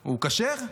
הוא כשר?